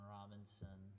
Robinson